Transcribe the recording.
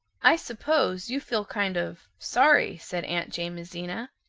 i suppose you feel kind of, sorry said aunt jamesina.